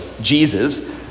Jesus